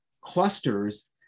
clusters